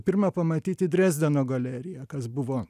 pirma pamatyti drezdeno galeriją kas buvo